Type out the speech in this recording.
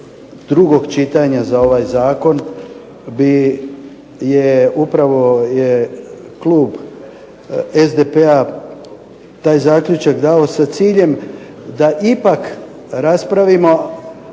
drugog čitanja za ovaj zakon. Upravo je klub SDP-a taj zaključak dao sa ciljem da ipak raspravimo,